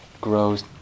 grows